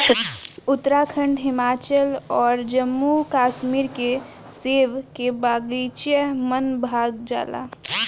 उत्तराखंड, हिमाचल अउर जम्मू कश्मीर के सेब के बगाइचा मन भा जाला